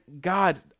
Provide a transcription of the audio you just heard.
God